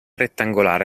rettangolare